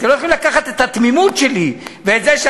אתם לא יכולים לקחת את התמימות שלי ואת זה,